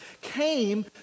came